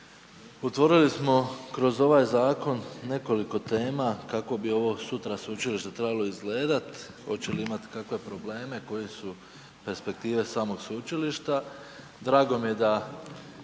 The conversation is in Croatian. Otvorili smo kroz ovaj zakon nekoliko tema kako bi ovo sutra sveučilište trebalo izgledat, hoće li imat kakve probleme, koje su perspektive samog sveučilišta, drago mi je da